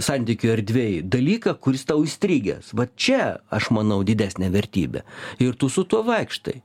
santykių erdvėj dalyką kuris tau įstrigęs va čia aš manau didesnė vertybė ir tu su tuo vaikštai